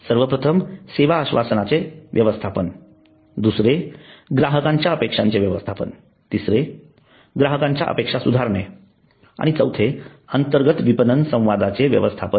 सर्वप्रथम सेवा आश्वासनांचे व्यवस्थापन दुसरे ग्राहकांच्या अपेक्षांचे व्यवस्थापन तिसरे ग्राहकांच्या अपेक्षा सुधारणे आणि चौथे अंतर्गत विपणन संवादाचे व्यवस्थापन